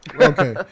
Okay